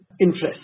interest